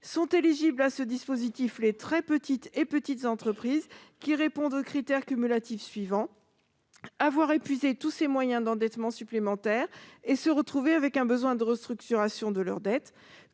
Seraient éligibles à ce dispositif les très petites et petites entreprises qui répondent aux critères cumulatifs suivants : avoir épuisé tous ses moyens d'endettement supplémentaire et se retrouver avec un besoin de restructuration de ses dettes ;